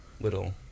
little